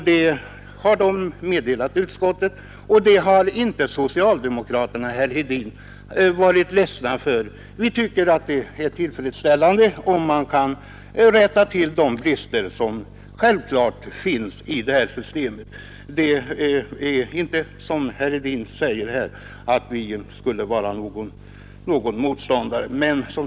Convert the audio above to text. Det har nämnden meddelat utskottet, och det har inte socialdemokraterna, herr Hedin, varit ledsna för. Vi tycker att det är tillfredsställande, om man kan rätta till de brister som självklart finns i det här systemet. Det är inte på det sättet som herr Hedin säger här att vi skulle vara motståndare.